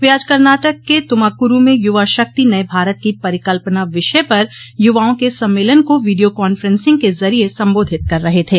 वे आज कर्नाटक के तुमाकुरु में युवा शक्ति नये भारत की परिकल्पना विषय पर युवाओं के सम्मेलन को वीडियो कांफ्रेंसिंग के जरिए संबोधित कर रहे थे